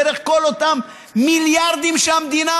דרך כל אותם מיליארדים שהמדינה